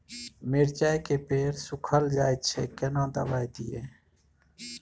मिर्चाय के पेड़ सुखल जाय छै केना दवाई दियै?